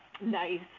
Nice